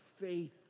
faith